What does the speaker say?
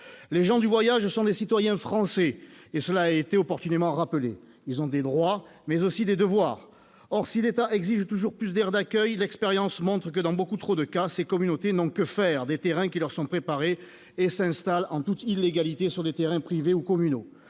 Les gens du voyage sont des citoyens français et, comme cela a été opportunément rappelé, ils ont des droits, mais aussi des devoirs. Or, si l'État exige toujours plus d'aires d'accueil, l'expérience montre que, dans beaucoup trop de cas, ces communautés n'ont que faire des terrains qui leur sont préparés et s'installent en toute illégalité sur des terrains privés ou communaux.